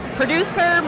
producer